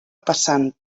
passant